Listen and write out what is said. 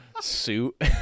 suit